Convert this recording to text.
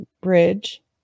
Bridge